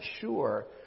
sure